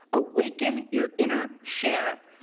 awaken your inner cher.